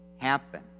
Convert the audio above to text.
happen